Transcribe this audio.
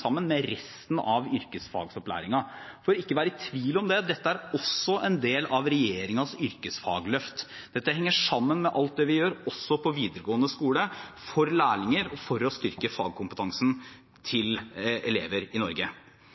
sammen med resten av yrkesfagopplæringen. For at det ikke skal være tvil om det: Dette er også en del av regjeringens yrkesfagløft. Det henger sammen med alt vi gjør også på videregående skole for lærlinger og for å styrke fagkompetansen til elever i Norge.